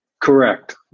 Correct